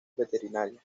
veterinaria